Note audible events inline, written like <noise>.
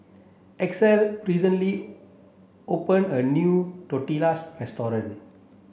Axel recently open a new Tortillas <unintelligible>